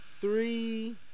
three